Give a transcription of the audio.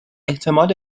احتمال